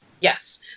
Yes